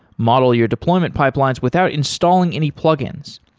model your deployment pipelines without installing any plugins.